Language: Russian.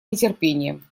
нетерпением